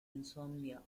insomnia